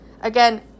again